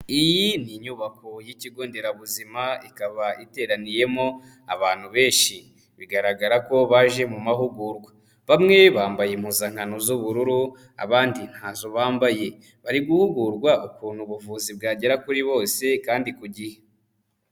Iyi ni inyubako y'ikigo nderabuzima, ikaba iteraniyemo abantu benshi bigaragara ko baje mu mahugurwa, bamwe bambaye impuzankano z'ubururu abandi ntazo bambaye, bari guhugurwa ukuntu ubuvuzi bwagera kuri bose kandi ku gihe.